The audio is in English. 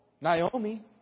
Naomi